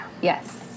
Yes